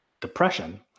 depression